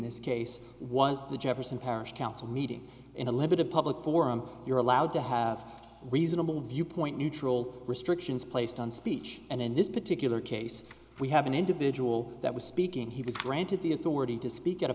this case was the jefferson parish council meeting in a limited public forum you're allowed to have reasonable viewpoint neutral restrictions placed on speech and in this particular case we have an individual that was speaking he was granted the authority to speak at a